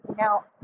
Now